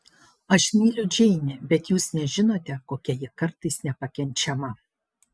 aš myliu džeinę bet jūs nežinote kokia ji kartais nepakenčiama